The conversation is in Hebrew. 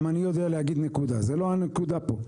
גם אני יודע להגיד נקודה, זאת לא הנקודה פה.